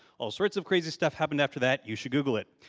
all sorts of crazy stuff happened after that. you should google it.